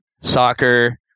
soccer